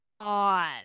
on